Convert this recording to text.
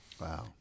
Wow